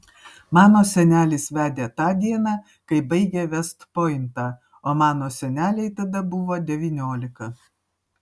mano senelis vedė tą dieną kai baigė vest pointą o mano senelei tada buvo devyniolika